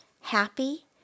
happy